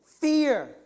Fear